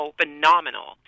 phenomenal